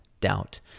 doubt